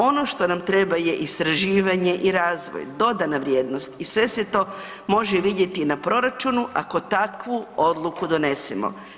Ono što nam treba je istraživanje i razvoj, dodana vrijednost i sve se to može vidjeti na proračunu ako takvu odluku donesemo.